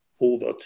over